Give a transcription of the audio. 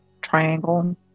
triangle